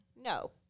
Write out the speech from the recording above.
no